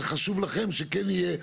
זה חשוב לכם שכן תהיה גמישות.